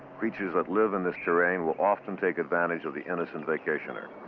creatures that live in this terrain will often take advantage of the innocent vacationer.